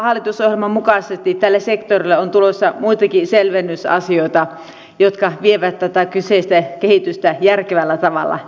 hallitusohjelman mukaisesti tälle sektorille on tulossa muitakin selvennysasioita jotka vievät tätä kyseistä kehitystä järkevällä tavalla eteenpäin